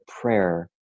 prayer